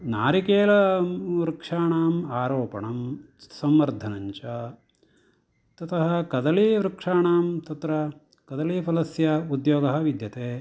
नारिकेलवृक्षाणाम् आरोपणं संवर्धनञ्च ततः कदलीवृक्षाणां कदलीफलस्य तत्र उद्योगः विद्यते